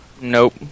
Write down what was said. Nope